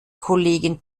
kollegen